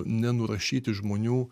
nenurašyti žmonių